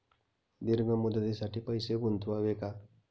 दीर्घ मुदतीसाठी पैसे गुंतवावे का?